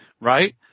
Right